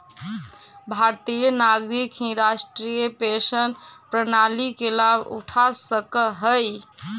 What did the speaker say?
भारतीय नागरिक ही राष्ट्रीय पेंशन प्रणाली के लाभ उठा सकऽ हई